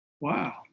Wow